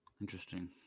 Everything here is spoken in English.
interesting